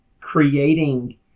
creating